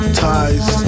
ties